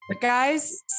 guys